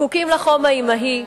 זקוקים לחום האמהי,